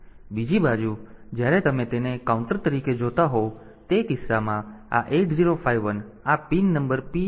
બીજી બાજુ જ્યારે તમે તેને કાઉન્ટર તરીકે જોતા હોવ ત્યારે તે કિસ્સામાં આ 8051 આ પિન નંબર P3